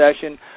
session